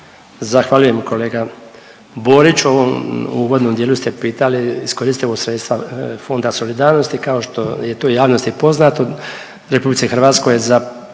Zahvaljujem kolega Boriću. U ovom uvodnom dijelu ste pitali iskoristivost sredstva Fonda solidarnosti, kao što je to javnosti poznato